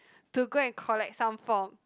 to go and collect some form